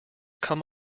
come